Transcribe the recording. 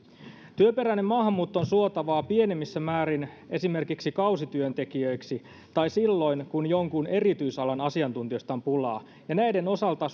työperäinen maahanmuutto on suotavaa pienemmissä määrin esimerkiksi kausityöntekijöiksi tai silloin kun jonkun erityisalan asiantuntijoista on pulaa ja näiden osalta